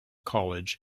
college